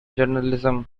journalism